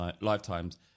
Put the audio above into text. lifetimes